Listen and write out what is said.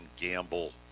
Gamble